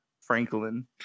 Franklin